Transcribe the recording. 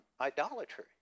idolatry